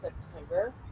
september